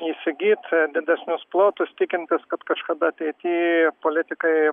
įsigyt didesnius plotus tikintis kad kažkada ateity politikai